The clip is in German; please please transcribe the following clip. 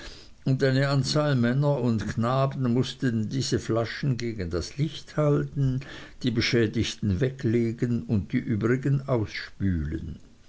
und eine anzahl männer und knaben mußten diese flaschen gegen das licht halten die beschädigten weglegen und die übrigen ausspülen